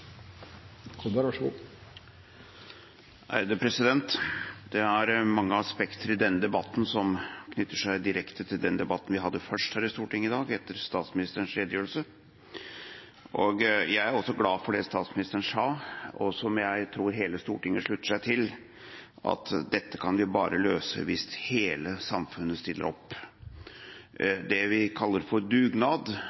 mange aspekter ved denne debatten som knytter seg direkte til den debatten vi hadde først her i Stortinget i dag, etter statsministerens redegjørelse. Jeg er også glad for det statsministeren sa, og som jeg tror hele Stortinget slutter seg til, at dette kan vi løse bare hvis hele samfunnet stiller opp. Det vi kaller dugnad,